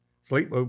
sleep